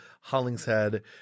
Hollingshead